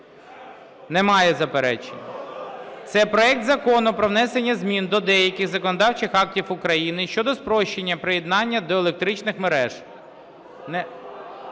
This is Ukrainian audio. Немає заперечень? Це проект Закону про внесення змін до деяких законодавчих актів України щодо спрощення приєднання до електричних мереж.